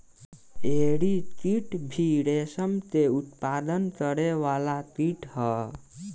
एरी कीट भी रेशम के उत्पादन करे वाला कीट ह